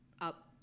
up